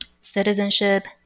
citizenship